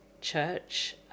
church